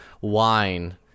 wine